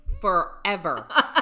forever